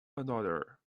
another